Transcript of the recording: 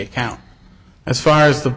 account as far as the